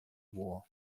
war